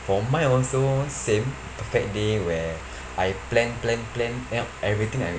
for mine also same perfect day where I plan plan plan out everything I